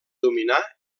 dominà